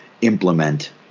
implement